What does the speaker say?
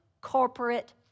corporate